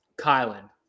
Kylan